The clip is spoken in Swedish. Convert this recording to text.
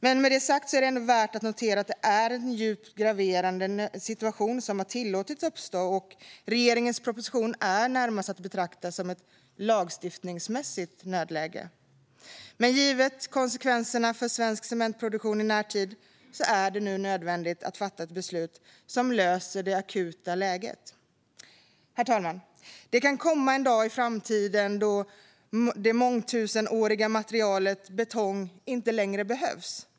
Med detta sagt är det ändå värt att notera att det är en djupt graverande situation som har tillåtits uppstå, och regeringens proposition är närmast att betrakta som ett lagstiftningsmässigt nödläge. Men givet konsekvenserna för svensk cementproduktion i närtid är det nu nödvändigt att fatta ett beslut som löser det akuta läget. Herr talman! Det kan komma en dag i framtiden då det mångtusenåriga materialet betong inte längre behövs.